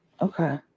Okay